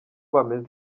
bameze